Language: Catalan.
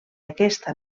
aquesta